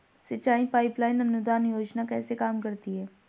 सिंचाई pipeline अनुदान योजना कैसे काम करती है?